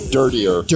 dirtier